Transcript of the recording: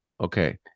Okay